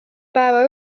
päeva